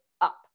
up